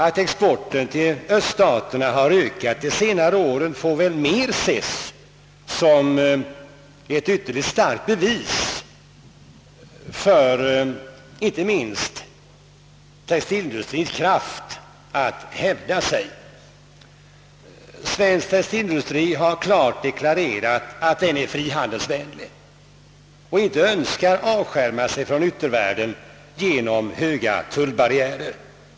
Att exporten till öststaterna har ökat de senaste åren får väl ses som ett ytterligare starkt bevis för inte minst textilindustriens kraft att hävda sig. Svensk textilindustri har klart deklarerat att den är frihandelsvänlig och inte önskar avskärma sig från yttervärlden genom höga tullbarriärer.